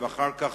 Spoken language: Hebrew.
ואחר כך,